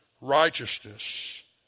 righteousness